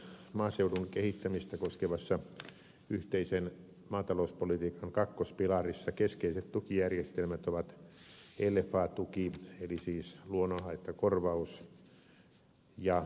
maaseudun kehittämistä koskevassa yhteisen maatalouspolitiikan kakkospilarissa keskeiset tukijärjestelmät ovat lfa tuki eli siis luonnonhaittakorvaus ja ympäristötuki